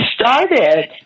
started